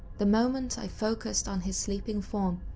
the moment i focused on his sleeping form,